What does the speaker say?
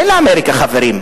אין לאמריקה חברים,